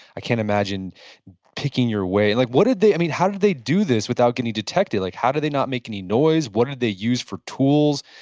i can't imagine picking your way, and like what did they, how did they do this without getting detected? like how did they not make any noise? what did they use for tools?